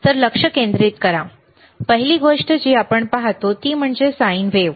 तर लक्ष केंद्रित करा पहिली गोष्ट जी आपण पाहतो ती म्हणजे साइन वेव्ह